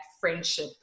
friendship